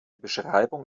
beschreibung